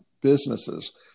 businesses